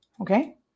okay